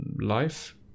life